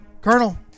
Colonel